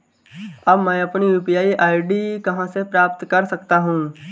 अब मैं अपनी यू.पी.आई आई.डी कहां से प्राप्त कर सकता हूं?